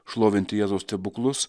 šlovinti jėzaus stebuklus